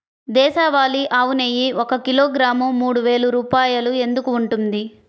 దేశవాళీ ఆవు నెయ్యి ఒక కిలోగ్రాము మూడు వేలు రూపాయలు ఎందుకు ఉంటుంది?